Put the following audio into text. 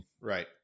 right